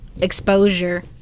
exposure